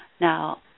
Now